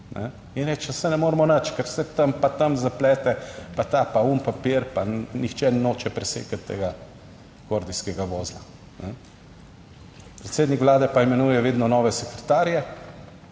In reče, se ne moremo nič, ker se tam pa tam zaplete, pa ta, pa on papir, pa nihče noče presekati tega gordijskega vozla. Predsednik Vlade pa imenuje vedno nove sekretarje,